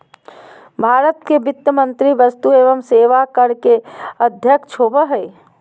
भारत के वित्त मंत्री वस्तु एवं सेवा कर के अध्यक्ष होबो हइ